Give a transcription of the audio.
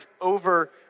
over